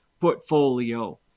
portfolio